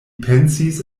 pensis